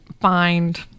find